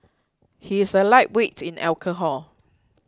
he is a lightweight in alcohol